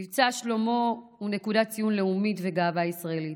מבצע שלמה הוא נקודת ציון לאומית וגאווה ישראלית,